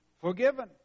forgiven